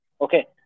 Okay